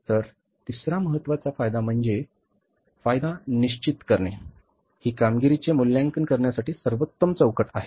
तर तिसरा महत्त्वाचा फायदा म्हणजे फायदा निश्चित करणे ही कामगिरीचे मूल्यांकन करण्यासाठी सर्वोत्तम चौकट आहे